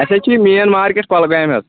اسہِ حظ چھ یہِ مین مارکیٹ کۄلگامہِ حظ